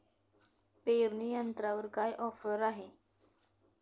पेरणी यंत्रावर काय ऑफर आहे?